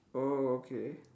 oh okay